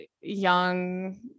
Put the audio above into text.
young